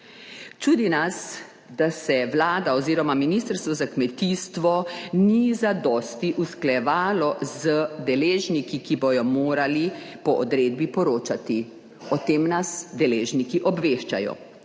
Čudi nas, da se Vlada oziroma Ministrstvo za kmetijstvo ni zadosti usklajevalo z deležniki, ki bodo morali po odredbi poročati, o tem nas deležniki obveščajo.